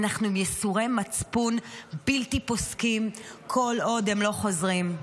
אנחנו עם ייסורי מצפון בלתי פוסקים כל עוד הם לא חוזרים.